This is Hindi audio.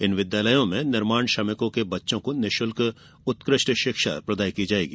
इन विद्यालयों में निर्माण श्रमिकों के बच्चों को निरूशुल्क उत्कृष्ट शिक्षा प्रदाय की जायेगी